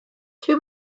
too